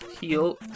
heal